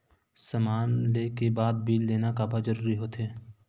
समान ले के बाद बिल लेना काबर जरूरी होथे?